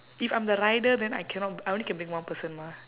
if I'm the rider then I cannot I only can bring one person mah